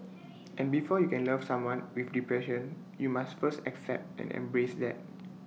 and before you can love someone with depression you must first accept and embrace that